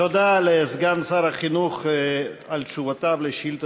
תודה לסגן שר החינוך על תשובותיו על שאילתה